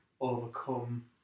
overcome